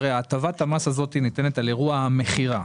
הטבת המס הזאת ניתנת על אירוע מכירה.